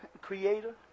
creator